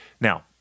Now